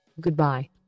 Goodbye